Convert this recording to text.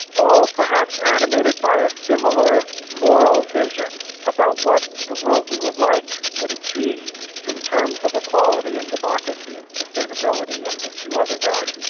all perhaps animated by a similar moral vision about what the world we would like would achieve in terms of equality and democracy and sustainability and a few other values,